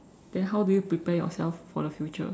then how do you prepare yourself for the future